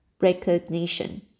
recognition